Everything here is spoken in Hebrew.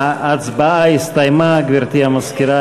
ההצבעה הסתיימה, גברתי המזכירה.